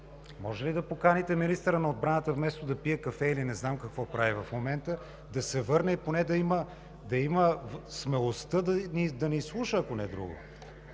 Може ли да поканите министъра на отбраната, вместо да пие кафе или не знам какво прави в момента, да се върне и поне да има смелостта да ни изслуша, ако не друго?